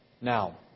Now